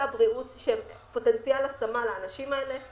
הבריאות שהם פוטנציאל השמה לאנשים האלה,